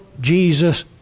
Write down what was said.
Jesus